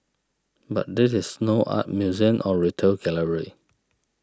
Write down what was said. but this is no art museum or retail gallery